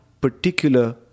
particular